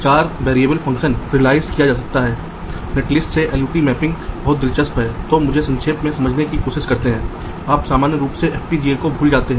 इसलिए यहाँ एक बार जब आपको हैमिल्टन मार्ग मिला है तो आप इस हैमिल्टन मार्ग के अनुरूप कुछ क्षैतिज और ऊर्ध्वाधर खंडों को एम्बेड करते हैं